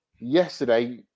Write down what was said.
Yesterday